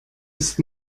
ist